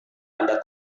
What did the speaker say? ada